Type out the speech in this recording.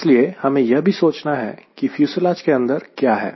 इसलिए हमें यह भी सोचना होगा कि फ्यूसलाज़ के अंदर क्या है